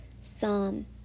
Psalm